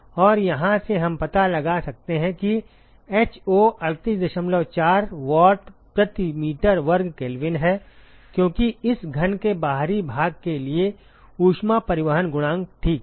और यहाँ से हम पता लगा सकते हैं कि ho384 वाट प्रति मीटर वर्ग केल्विन है क्योंकि इस घन के बाहरी भाग के लिए ऊष्मा परिवहन गुणांक ठीक है